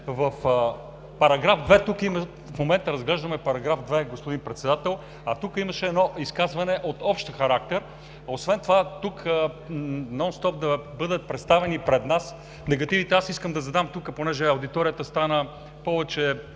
Нещо повече – в момента разглеждаме § 2, господин Председател, а тук имаше едно изказване от общ характер. Освен това тук нонстоп да бъдат представяни пред нас негативите… Аз искам да задам тук, понеже аудиторията стана повече